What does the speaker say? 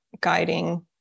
guiding